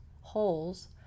holes